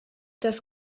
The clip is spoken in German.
das